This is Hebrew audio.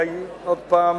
היא עוד פעם